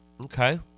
Okay